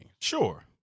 Sure